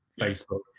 facebook